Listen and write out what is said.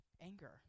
anger